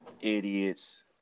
idiots